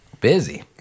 busy